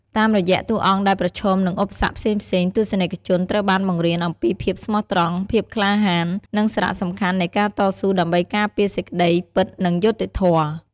តាមរយៈតួអង្គដែលប្រឈមនឹងឧបសគ្គផ្សេងៗ ទស្សនិកជនត្រូវបានបង្រៀនអំពីភាពស្មោះត្រង់ ភាពក្លាហាន និងសារៈសំខាន់នៃការតស៊ូដើម្បីការពារសេចក្តីពិតនិងយុត្តិធម៌។